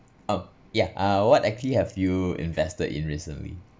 oh yeah uh what actually have you invested in recently